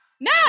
No